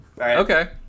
Okay